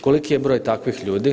Koliki je broj takvih ljudi?